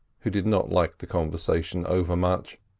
who did not like the conversation over-much,